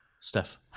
steph